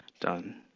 done